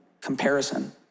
comparison